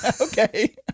okay